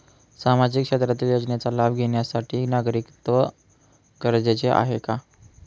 सामाजिक क्षेत्रातील योजनेचा लाभ घेण्यासाठी नागरिकत्व गरजेचे आहे का?